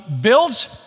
builds